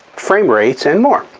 frame rates, and more.